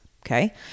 Okay